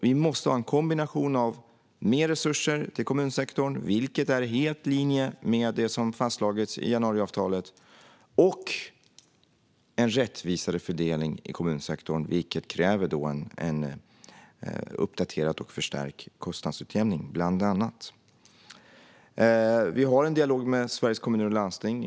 Vi måste ha en kombination av mer resurser till kommunsektorn, vilket är helt i linje med det som fastslagits i januariavtalet, och en rättvisare fördelning i kommunsektorn, vilket bland annat kräver en uppdaterad och förstärkt kostnadsutjämning. Vi har en dialog med Sveriges Kommuner och Landsting.